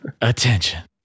attention